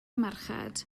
merched